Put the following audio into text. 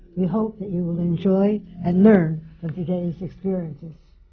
we hope that you will enjoy and learn from today's experiences.